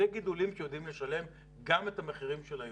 אלה גידולים שיודעים לשלם גם את המחירים של היום.